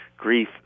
grief